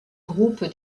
groupe